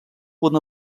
una